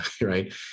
right